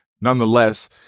Nonetheless